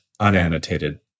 unannotated